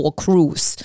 cruise